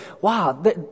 wow